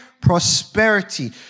prosperity